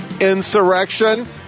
Insurrection